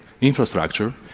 infrastructure